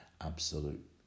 absolute